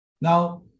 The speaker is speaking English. Now